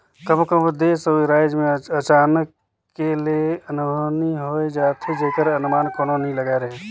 कभों कभों देस अउ राएज में अचानके ले अनहोनी होए जाथे जेकर अनमान कोनो नी लगाए रहें